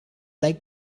like